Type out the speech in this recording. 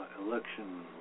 Election